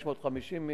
550,